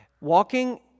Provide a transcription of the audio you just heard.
Walking